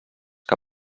que